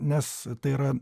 nes tai yra